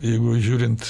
jeigu žiūrint